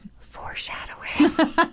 foreshadowing